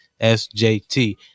SJT